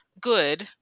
good